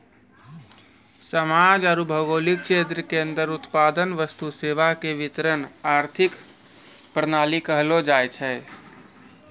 समाज आरू भौगोलिक क्षेत्र के अन्दर उत्पादन वस्तु सेवा के वितरण आर्थिक प्रणाली कहलो जायछै